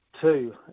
Two